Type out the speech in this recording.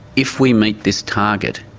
if we meet this target,